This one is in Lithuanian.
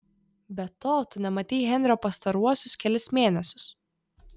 be to tu nematei henrio pastaruosius kelis mėnesius